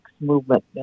movement